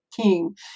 king